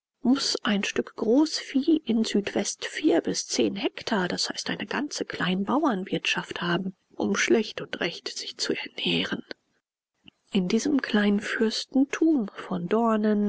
muß ein stück großvieh in südwest vier bis zehn hektar d i eine ganze kleinbauernwirtschaft haben um schlecht und recht sich zu ernähren in diesem kleinfürstentum von dornen